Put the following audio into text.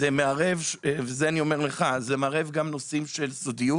זה מערב גם נושאים של סודיות: